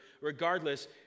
Regardless